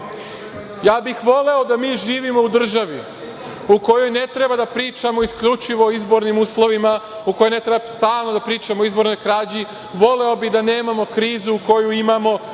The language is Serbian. bih voleo da mi živimo u državi u kojoj ne treba da pričamo isključivo o izbornim uslovima, u kojoj ne treba stalno da pričamo o izbornoj krađi, voleo bih da nemamo krizu koju imamo,